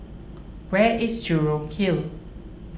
where is Jurong Hill